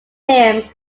him